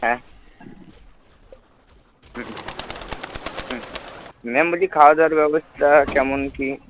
হ্যাঁ হুম হুম ম্যাম বলছি খাওয়া দাওয়ার ব্যবস্থা কেমন কী